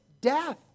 death